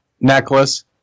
necklace